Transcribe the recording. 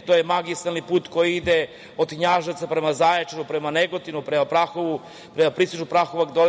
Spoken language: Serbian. i deo magistralnog puta koji ide od Knjaževca prema Zaječaru, Negotinu, Prahovu, Prištini,